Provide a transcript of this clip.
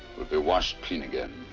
be washed clean again.